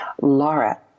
Laura